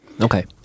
okay